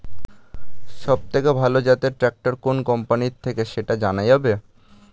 সবথেকে ভালো জাতের ট্রাক্টর কোন কোম্পানি থেকে সেটা জানা যাবে?